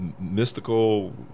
mystical